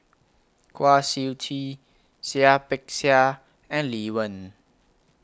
Kwa Siew Tee Seah Peck Seah and Lee Wen